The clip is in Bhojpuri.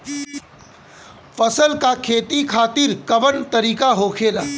फसल का खेती खातिर कवन तरीका होखेला?